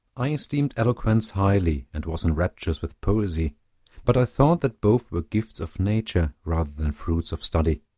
i esteemed eloquence highly, and was in raptures with poesy but i thought that both were gifts of nature rather than fruits of study.